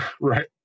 Right